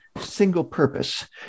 single-purpose